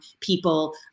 people